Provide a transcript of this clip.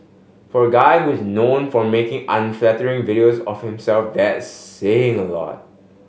for a guy who's known for making unflattering videos of himself that's saying a lot